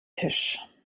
tisch